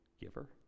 giver